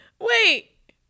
Wait